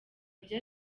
ibyo